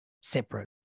separate